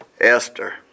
Esther